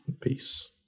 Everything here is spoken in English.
Peace